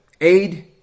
Aid